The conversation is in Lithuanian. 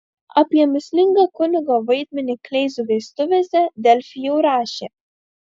apie mįslingą kunigo vaidmenį kleizų vestuvėse delfi jau rašė